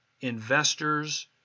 Investors